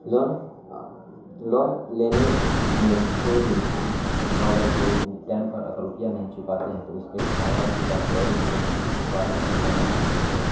loan loan لینے میں کوئی بھی انسان کو اگر کوئی ٹیم پر اگر روپیہ نہیں چکاتے ہیں تو اس پہ کاروائی کی جاتی ہے اور اس کو پولیس کے حوالے کر دیا جاتا ہے اور اسے